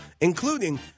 including